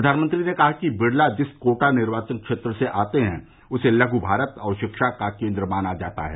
प्रधानमंत्री ने कहा कि बिड़ला जिस कोटा निर्वाचन क्षेत्र से आते हैं उसे लघु भारत और शिक्षा का केन्द्र माना जाता है